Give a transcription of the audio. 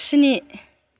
स्नि